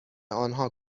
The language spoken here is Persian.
آنها